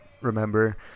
remember